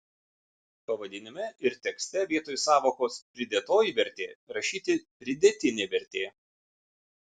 pavadinime ir tekste vietoj sąvokos pridėtoji vertė rašyti pridėtinė vertė